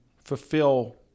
fulfill